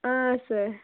ಹಾಂ ಸರ್